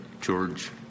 George